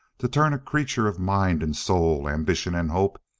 to turn a creature of mind and soul, ambition and hope,